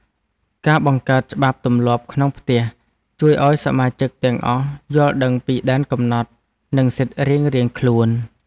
ការបង្កើតច្បាប់ទម្លាប់ក្នុងផ្ទះជួយឱ្យសមាជិកទាំងអស់យល់ដឹងពីដែនកំណត់ និង សិទ្ធិរៀងៗខ្លួន។